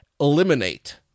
eliminate